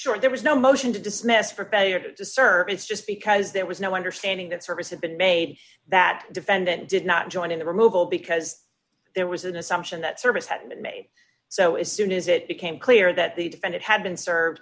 sure there was no motion to dismiss for pay or the disservice just because there was no understanding that service had been made that defendant did not join in the removal because there was an assumption that service had been made so as soon as it became clear that the defendant had been served